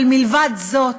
אבל מלבד זה,